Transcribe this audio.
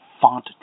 font